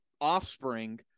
offspring